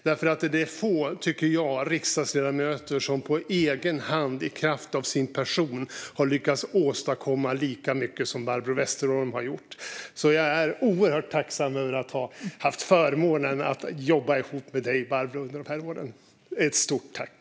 Det är få riksdagsledamöter, tycker jag, som på egen hand i kraft av sin person har lyckats åstadkomma lika mycket som Barbro Westerholm har gjort. Jag är oerhört tacksam över att ha haft förmånen att jobba ihop med dig, Barbro, under de här åren. Stort tack!